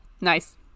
Nice